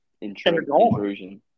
intrusion